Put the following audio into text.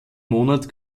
monat